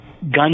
gun